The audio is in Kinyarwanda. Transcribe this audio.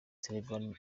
sylvain